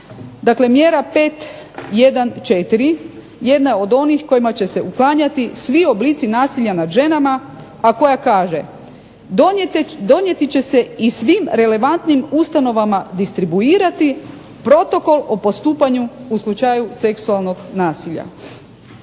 Dakle mjera 5.1.4 jedna je od onih kojima će se uklanjati svi oblici nasilja nad ženama, a koja kaže: donijeti će se i svim relevantnim ustanovama distribuirati Protokol o postupanju u slučaju seksualnog nasilja.